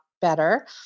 better